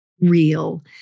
real